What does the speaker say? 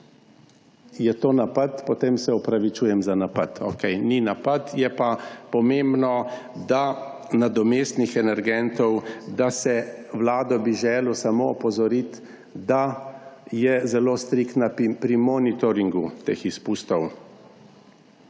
je to napad? − potem se opravičujem za napad. Okej, ni napad. Je pa pomembno pri nadomestnih energentih, zato bi vlado želel samo opozoriti, da je zelo striktna pri monitoringu teh izpustov.